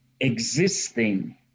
existing